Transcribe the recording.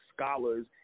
scholars